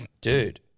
Dude